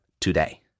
today